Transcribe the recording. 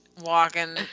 walking